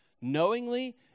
knowingly